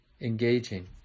engaging